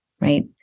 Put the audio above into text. right